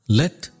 let